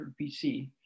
BC